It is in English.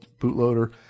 bootloader